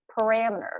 parameters